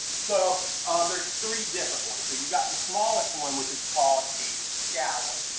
so um there's three different ones. so you got the smallest one which is called a shallow.